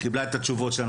וקיבלה את התשובות שלה.